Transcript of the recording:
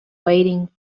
waiting